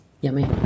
yummy